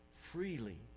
freely